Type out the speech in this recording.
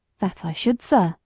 that i should, sir,